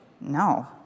No